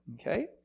Okay